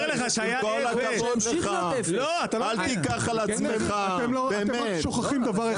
לך שהיה אפס -- אל תיקח על עצמך באמת,